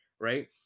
right